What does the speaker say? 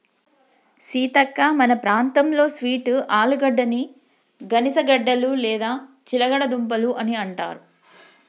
సీతక్క మన ప్రాంతంలో స్వీట్ ఆలుగడ్డని గనిసగడ్డలు లేదా చిలగడ దుంపలు అని అంటారు